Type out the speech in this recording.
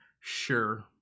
Sure